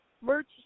merch